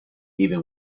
even